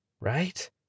Right